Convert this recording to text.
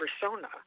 persona